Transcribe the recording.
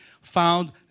Found